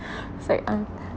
is like I'm